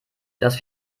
dass